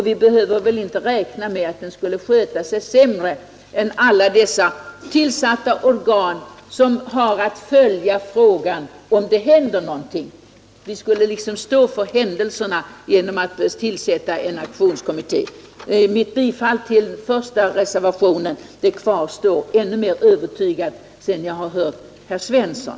Vi behöver väl inte räkna med att den skulle sköta sig sämre än alla dessa tillsatta organ som har att följa frågan om det händer någonting. Vi skulle liksom stå för händelserna genom att tillsätta en aktionskommitté. Mitt bifall till den första reservationen kvarstår ännu mer övertygat sedan jag hört herr Svensson.